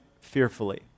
fearfully